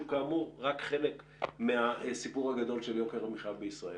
כאמור רק חלק מהסיפור הגדול של יוקר המחיה בישראל.